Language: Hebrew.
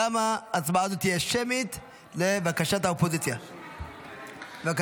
אושרה בקריאה טרומית ותעבור